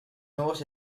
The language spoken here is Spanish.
nuevos